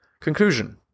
Conclusion